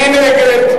מי נגד?